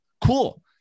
Cool